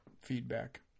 feedback